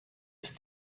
ist